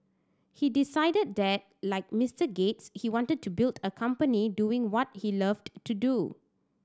he decided that like Mister Gates he wanted to build a company doing what he loved to do